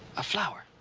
a flower,